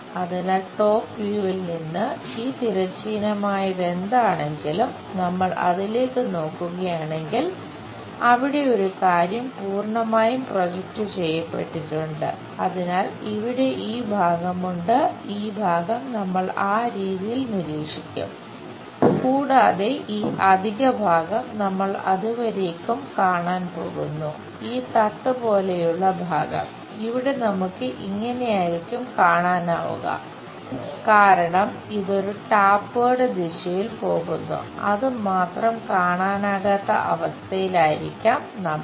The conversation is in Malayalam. അതിനാൽ ടോപ് വ്യൂവിൽ ദിശയിൽ പോകുന്നു അത് മാത്രം കാണാനാകാത്ത അവസ്ഥയിലായിരിക്കാം നമ്മൾ